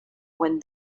when